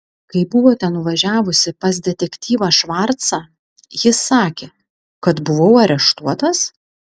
kai buvote nuvažiavusi pas detektyvą švarcą jis sakė kad buvau areštuotas